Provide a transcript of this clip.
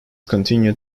continued